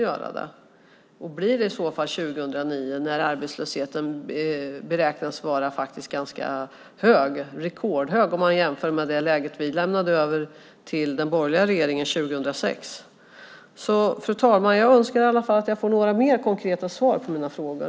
Blir det i så fall 2009 när arbetslösheten beräknas vara rekordhög om man jämför med läget när vi lämnade över till den borgerliga regeringen 2006? Fru talman! Jag önskar att jag i alla fall får några fler konkreta svar på mina frågor.